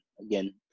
again